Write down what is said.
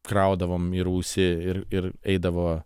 kraudavom į rūsį ir ir eidavo